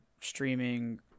streaming